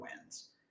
wins